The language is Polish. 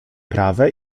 prawe